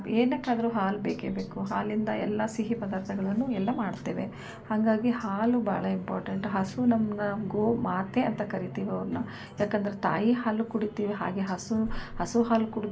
ಏನಕ್ಕಾದರೂ ಹಾಲು ಬೇಕೇ ಬೇಕು ಹಾಲಿಂದ ಎಲ್ಲ ಸಿಹಿ ಪದಾರ್ಥಗಳನ್ನು ಎಲ್ಲ ಮಾಡ್ತೇವೆ ಹಾಗಾಗಿ ಹಾಲು ಭಾಳ ಇಂಪಾರ್ಟೆಂಟ್ ಹಸು ನಮ್ಗೆ ಗೋ ಮಾತೆ ಅಂತ ಕರಿತೀವಿ ಅವ್ರನ್ನ ಯಾಕಂದರೆ ತಾಯಿ ಹಾಲು ಕುಡಿತೀವಿ ಹಾಗೆ ಹಸು ಹಸು ಹಾಲು ಕುಡಿ